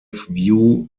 view